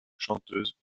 chanteuse